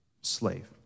slave